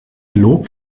lob